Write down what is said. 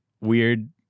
weird